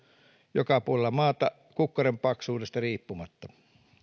joka puolella maata kukkaron paksuudesta riippumatta